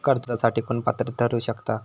कर्जासाठी कोण पात्र ठरु शकता?